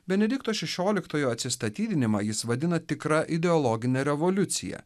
benedikto šešioliktojo atsistatydinimą jis vadina tikra ideologine revoliucija